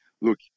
look